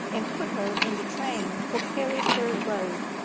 and put her in the train for carriford road,